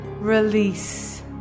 Release